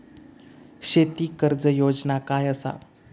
शेती कर्ज योजना काय असा?